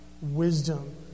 wisdom